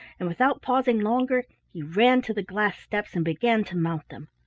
and, without pausing longer, he ran to the glass steps and began to mount them.